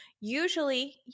usually